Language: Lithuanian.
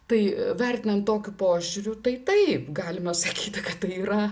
tai vertinant tokiu požiūriu tai taip galima sakyti kad tai yra